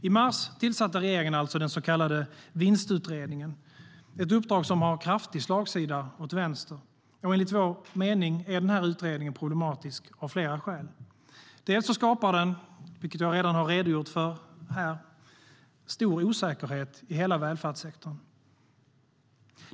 I mars tillsatte regeringen alltså den så kallade Vinstutredningen. Det är ett uppdrag som har kraftig slagsida åt vänster. Enligt vår mening är utredningen problematisk av flera skäl. Dels skapar den, vilket jag redan har belyst, stor osäkerhet i hela välfärdssektorn.